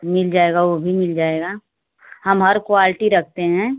मिल जाएगा वह भी मिल जाएगा हम हर क्वालटी रखते हैं